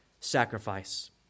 sacrifice